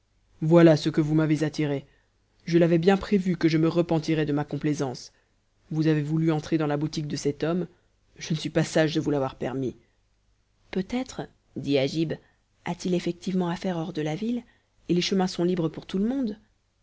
voilà ce que vous m'avez attiré je l'avais bien prévu que je me repentirais de ma complaisance vous avez voulu entrer dans la boutique de cet homme je ne suis pas sage de vous l'avoir permis peut-être dit agib a-t-il effectivement affaire hors de la ville et les chemins sont libres pour tout le monde